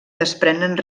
desprenen